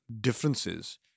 differences